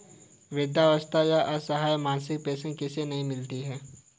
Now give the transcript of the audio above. वृद्धावस्था या असहाय मासिक पेंशन किसे नहीं मिलती है?